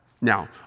Now